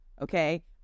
okay